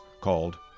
called